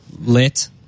lit